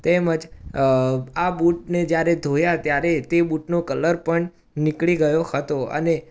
તેમજ અ આ બૂટને જ્યારે ધોયા ત્યારે તે બૂટનો કલર પણ નીકળી ગયો હતો અને